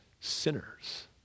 sinners